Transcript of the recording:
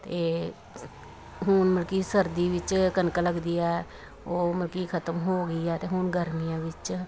ਅਤੇ ਹੁਣ ਮਲਕੀ ਸਰਦੀ ਵਿੱਚ ਕਣਕ ਲੱਗਦੀ ਹੈ ਉਹ ਮਤਲਬ ਕਿ ਖ਼ਤਮ ਹੋ ਗਈ ਆ ਅਤੇ ਹੁਣ ਗਰਮੀਆਂ ਵਿੱਚ